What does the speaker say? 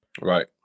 right